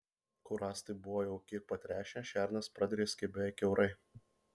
kur rąstai buvo jau kiek patręšę šernas pradrėskė beveik kiaurai